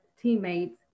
teammates